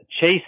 Chase